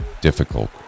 difficult